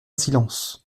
silence